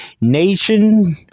Nation